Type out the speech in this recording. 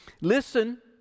Listen